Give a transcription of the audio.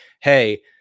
hey